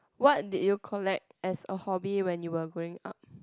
what did you collect as a hobby when you were growing up